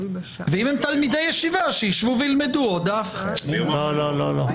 ואם הם תלמידי ישיבה, שיישבו וילמדו עוד דף.